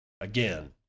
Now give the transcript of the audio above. Again